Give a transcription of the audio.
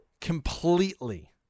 Completely